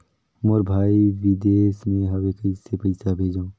मोर भाई विदेश मे हवे कइसे पईसा भेजो?